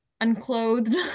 unclothed